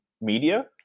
media